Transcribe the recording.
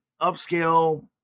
upscale